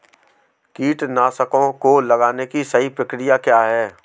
कीटनाशकों को लगाने की सही प्रक्रिया क्या है?